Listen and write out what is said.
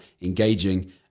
engaging